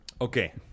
Okay